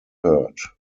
hurt